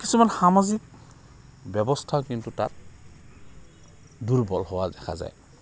কিছুমান সামাজিক ব্যৱস্থাও কিন্তু তাত দুৰ্বল হোৱা দেখা যায়